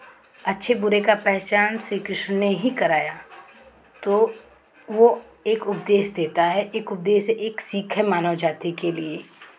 अच्छे बुरे का पहचान श्री कृष्ण ने हीं कराया तो वो एक उपदेश देता है एक उपदेश एक सीख है मानव जाति के लिए